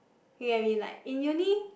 you get what I mean like in uni